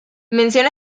mención